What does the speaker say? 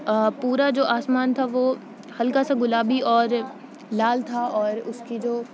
پورا جو آسمان تھا وہ ہلکا سا گلابی اور لال تھا اور اس کی جو